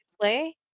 play